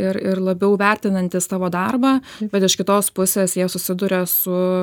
ir ir labiau vertinantys tavo darbą bet iš kitos pusės jie susiduria su